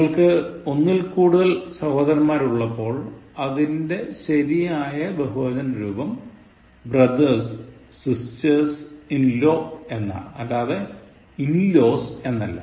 നിങ്ങൾക്ക് ഒന്നിൽ കൂടുതൽ സഹോദരന്മാർ ഉള്ളപ്പോൾ അതിൻറെ ശരിയായ ബഹുവചനരൂപം brothers sisters in law എന്നാണു അല്ലാതെ in laws എന്നല്ല